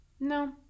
No